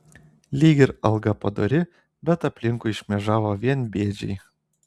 lyg ir alga padori bet aplinkui šmėžavo vien bėdžiai